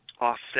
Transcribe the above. offset